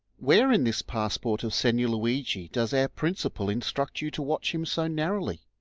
where in this passport of signor luigi does our principal in struct you to watch him so narrowly?